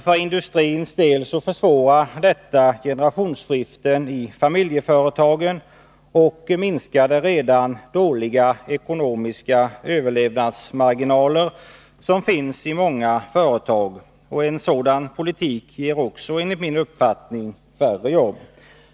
För industrins del försvårar detta generationsskiften i familjeföretagen och minskar de redan dåliga ekonomiska överlevnadsmarginaler som finns i många företag. En sådan politik ger enligt min uppfattning också färre jobb.